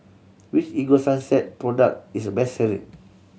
which Ego Sunsense product is the best selling